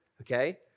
okay